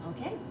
Okay